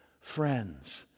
friends